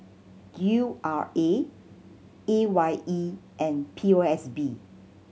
U R A A Y E and P O S B